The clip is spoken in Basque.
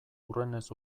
hurrenez